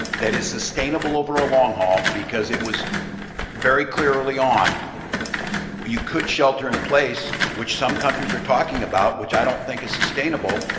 that is sustainable over a long haul because it was very clear early on you could shelter in place which some countries are talking about, which i don't think is sustainable,